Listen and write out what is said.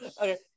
okay